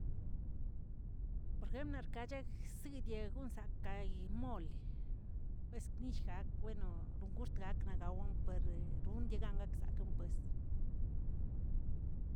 Berjemen xkacheg sidiegonsa' kayi molii, esknillshag bueno rongushtgakꞌ naꞌ nagawꞌ per rondiagan gaksakeꞌn pues